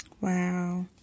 Wow